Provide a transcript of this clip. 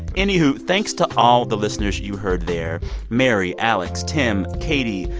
anywho, thanks to all the listeners you heard there mary, alex, tim, katie,